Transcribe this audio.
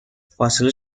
فاصله